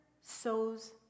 sows